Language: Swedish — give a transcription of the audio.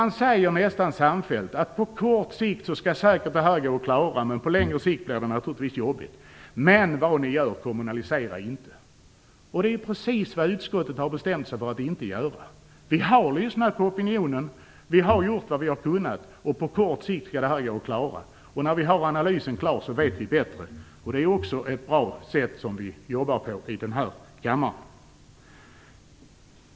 Man säger nästan samfällt att det skall gå att ordna på kort sikt. På längre sikt blir det naturligtvis jobbigt, men man säger att vi inte skall kommunalisera vad vi än gör. Det är precis vad utskottet har bestämt sig för att inte göra. Vi har lyssnat på opinionen. Vi har gjort vad vi har kunnat. På kort sikt skall det gå att klara. När vi har analysen klar vet vi bättre. Det är ett bra sätt att jobba på i denna kammare.